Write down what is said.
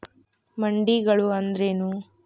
ಮಂಡಿಗಳು ಅಂದ್ರೇನು?